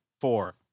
four